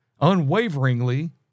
unwaveringly